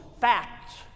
facts